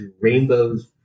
Rainbows